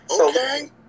Okay